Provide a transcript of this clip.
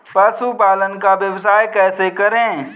पशुपालन का व्यवसाय कैसे करें?